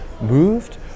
moved